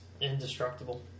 indestructible